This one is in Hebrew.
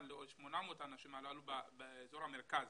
לעוד 800 האנשים הללו באזור המרכז,